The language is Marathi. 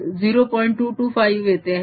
225 येते आहे